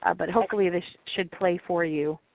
ah but hopefully this should play for you.